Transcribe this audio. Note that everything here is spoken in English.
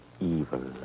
evil